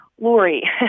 Lori